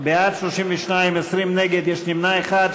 29 נגד, יש נמנע אחד.